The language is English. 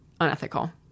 unethical